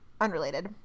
unrelated